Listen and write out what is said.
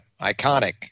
iconic